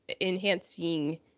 enhancing